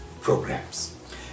programs